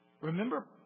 Remember